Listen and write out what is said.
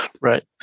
Right